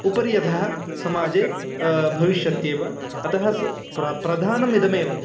उपरिः अधः समाजेभविष्यत्येव अतः सः प्र प्रधानमिदमेव